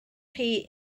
chi